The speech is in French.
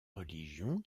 religions